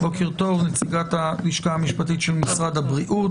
נציגת הלשכה המשפטית של משרד הבריאות.